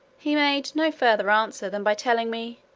he made no further answer than by telling me,